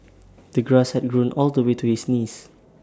the grass had grown all the way to his knees